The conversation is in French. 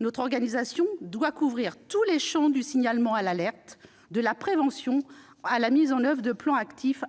Cette organisation doit couvrir tous les champs, du signalement à l'alerte, de la prévention à la mise en oeuvre de plans actifs.